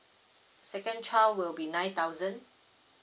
second child will be nine thousand